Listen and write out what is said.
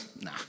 nah